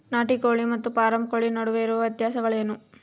ನಾಟಿ ಕೋಳಿ ಮತ್ತು ಫಾರಂ ಕೋಳಿ ನಡುವೆ ಇರುವ ವ್ಯತ್ಯಾಸಗಳೇನು?